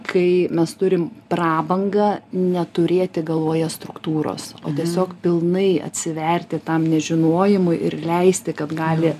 kai mes turim prabangą neturėti galvoje struktūros o tiesiog pilnai atsiverti tam nežinojimui ir leisti kad gali